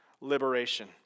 liberation